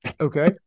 Okay